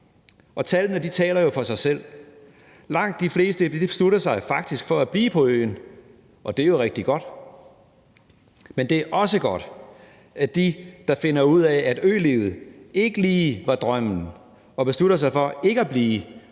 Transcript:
Tallene taler for sig selv. Langt de fleste beslutter sig faktisk for at blive på øen, og det er jo rigtig godt, men det er også godt, at de, der finder ud af, at ølivet ikke lige var drømmen, og beslutter sig for ikke at blive,